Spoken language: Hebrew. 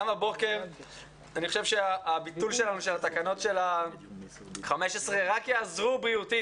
גם הבוקר אני חושב שהביטול של התקנות של ה-15 שעשינו רק יעזור בריאותית,